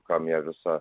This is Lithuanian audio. kam ją visą